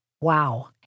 Wow